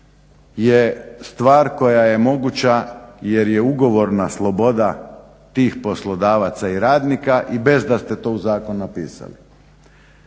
je stvar koja je moguća jer ugovorna sloboda tih poslodavaca i radnika i bez da ste to u zakon napisali.